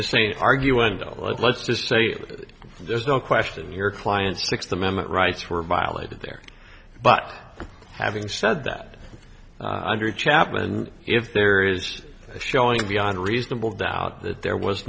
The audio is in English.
just saying are you wendell let's just say there's no question your client sixth amendment rights were violated there but having said that under chapman if there is a showing beyond reasonable doubt that there was